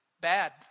bad